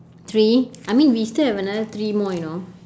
three I mean we still have another three more you know